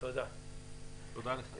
תודה לך.